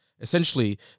Essentially